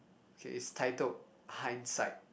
okay it's titled Hindsight